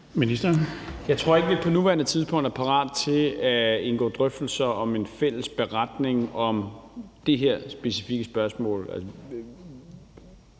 Jeg tror ikke, vi på nuværende tidspunkt er parate til at indgå i drøftelser om en fælles beretning om det her specifikke spørgsmål.